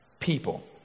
people